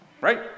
Right